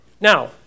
Now